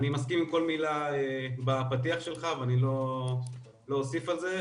אני מסכים עם כל מילה בפתיח שלך ואני לא אוסיף על זה.